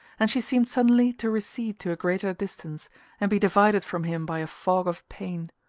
and she seemed suddenly to recede to a great distance and be divided from him by a fog of pain.